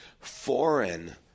foreign